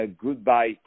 goodbye